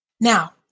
Now